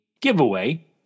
giveaway